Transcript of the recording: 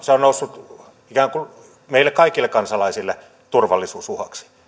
se on noussut ikään kuin meille kaikille kansalaisille turvallisuusuhaksi